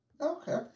Okay